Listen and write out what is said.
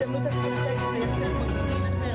זאת הזדמנות אסטרטגית לייצר מודיעין אחר,